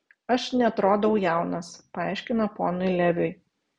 aš neatrodau jaunas paaiškina ponui leviui